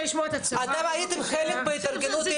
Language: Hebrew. אתם הייתם חלק בהתארגנות?